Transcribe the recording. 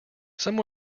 some